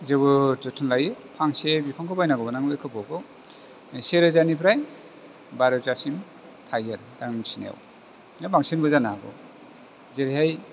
जोबोद जोथोन लायो फांसे बिफांखौ बायनांगौबा नों बे खोफौखौ से रोजानिफ्राय बा रोजासिम थायो आरो आं मिथिनायाव बांसिनबो जानो हागौ जेरैहाय